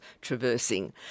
traversing